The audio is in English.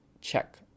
check